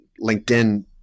LinkedIn